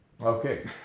Okay